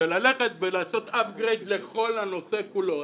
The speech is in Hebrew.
היא שללכת ולעשות Upgrade לכל הנושא כולו.